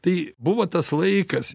tai buvo tas laikas